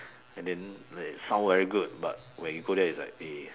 and then like it sound very good but when you go there it's like eh